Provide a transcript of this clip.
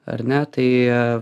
ar ne tai